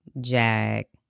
Jack